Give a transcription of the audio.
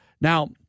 Now